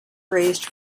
raised